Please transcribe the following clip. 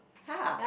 !huh!